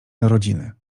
narodziny